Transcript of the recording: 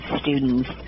students